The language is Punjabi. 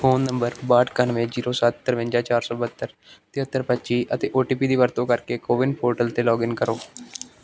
ਫ਼ੋਨ ਨੰਬਰ ਬਾਹਠ ਇਕਾਨਵੇਂ ਜ਼ੀਰੋ ਸੱਤ ਤਰਵੰਜਾ ਚਾਰ ਬਹੱਤਰ ਤੇਹੱਤਰ ਪੱਚੀ ਅਤੇ ਓ ਟੀ ਪੀ ਦੀ ਵਰਤੋਂ ਕਰਕੇ ਕੋਵਿਨ ਪੋਰਟਲ 'ਤੇ ਲੌਗਇਨ ਕਰੋ